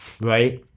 right